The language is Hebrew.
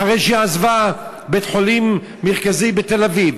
אחרי שהיא עזבה בית-חולים מרכזי בתל-אביב.